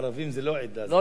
ערבים זה לא עדה, זה עם.